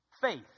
Faith